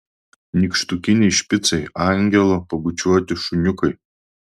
nykštukiniai špicai angelo pabučiuoti šuniukai